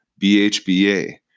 BHBA